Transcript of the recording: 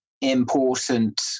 important